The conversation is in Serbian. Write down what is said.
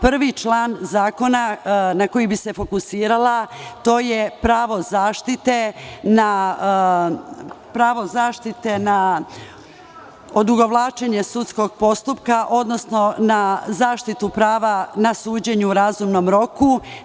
Prvi član zakona na koji bih se fokusirala jeste pravo zaštite na odugovlačenje sudskog postupka, odnosno na zaštitu prava na suđenje u razumnom roku.